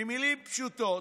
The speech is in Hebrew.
במילים פשוטות,